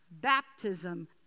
baptism